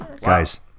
guys